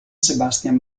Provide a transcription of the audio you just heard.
sebastian